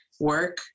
Work